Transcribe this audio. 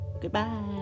Goodbye